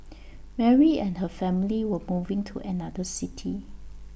Mary and her family were moving to another city